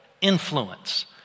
influence